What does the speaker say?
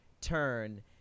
turn